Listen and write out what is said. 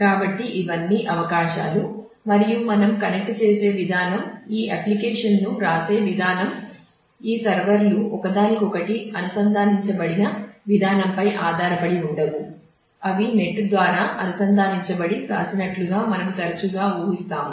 కాబట్టి ఇవన్నీ అవకాశాలు మరియు మనం కనెక్ట్ చేసే విధానం ఈ అప్లికేషన్ను వ్రాసే విధానం ఈ సర్వర్లు ఒకదానికొకటి అనుసంధానించబడిన విధానంపై ఆధారపడి ఉండవు అవి నెట్ ద్వారా అనుసంధానించబడి వ్రాసినట్లుగా మనము తరచుగా ఊహిస్తాము